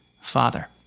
Father